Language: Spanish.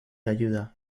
ayuda